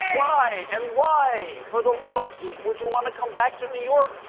why? and why for the love of pete would you want to come back to new york?